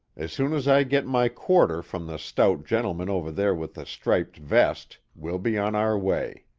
as soon as i get my quarter from the stout gentleman over there with the striped vest, we'll be on our way.